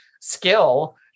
skill